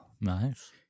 Nice